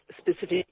specific